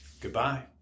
Goodbye